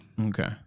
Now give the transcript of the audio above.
Okay